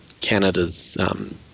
Canada's